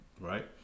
right